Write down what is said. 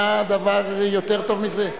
מה דבר יותר טוב מזה?